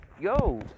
Yo